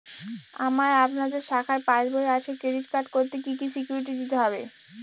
আমার আপনাদের শাখায় পাসবই আছে ক্রেডিট কার্ড করতে কি কি সিকিউরিটি দিতে হবে?